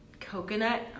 coconut